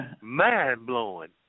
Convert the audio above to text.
mind-blowing